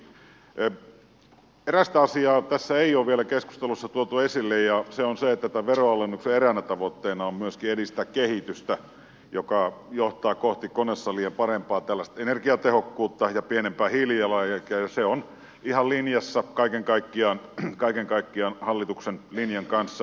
erästä asiaa tässä keskustelussa ei ole vielä tuotu esille ja se on se että tämän veronalennuksen eräänä tavoitteena on myöskin edistää kehitystä joka johtaa kohti konesalien parempaa energiatehokkuutta ja pienempää hiilijalanjälkeä ja se on ihan linjassa kaiken kaikkiaan hallituksen linjan kanssa